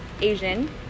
Asian